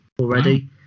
already